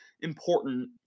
important